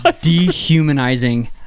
dehumanizing